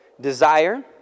desire